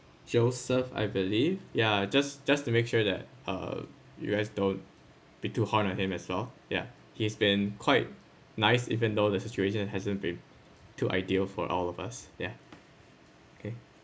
joseph I believe yeah just just to make sure that uh you guys don't be too hard on him as well ya he's been quite nice even though the situation hasn't been too ideal for all of us ya okay